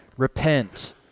repent